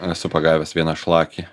esu pagavęs vieną šlakį